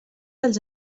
dels